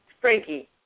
Frankie